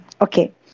Okay